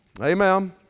Amen